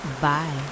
Bye